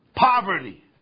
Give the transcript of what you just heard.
poverty